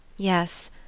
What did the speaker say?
Yes